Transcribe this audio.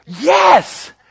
yes